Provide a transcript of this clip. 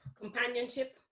Companionship